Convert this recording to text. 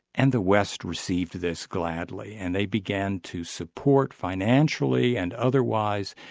and the west received this gladly, and they began to support financially and otherwise,